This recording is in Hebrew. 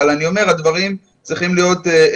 אבל אני אומר שהדברים צריכים להיות גלויים,